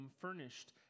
furnished